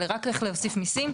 אלא רק איך להוסיף מיסים.